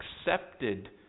accepted